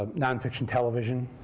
ah nonfiction television,